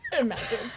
Imagine